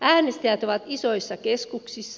äänestäjät ovat isoissa keskuksissa